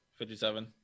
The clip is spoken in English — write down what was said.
57